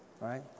right